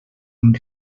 amb